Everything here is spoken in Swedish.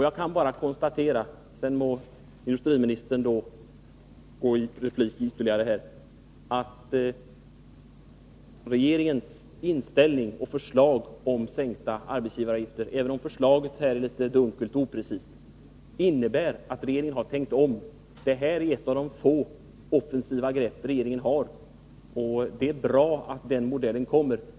Jag kan bara konstatera, sedan må industriministern gå i ytterligare replik, att regeringens inställning och förslag om sänkta arbetsgivaravgifter — även om förslaget är dunkelt och oprecist — innebär att regeringen har tänkt om. Detta är ett av de få offensiva grepp regeringen har. Det är bra att den modellen kommer.